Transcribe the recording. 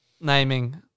naming